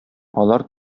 алар